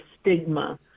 stigma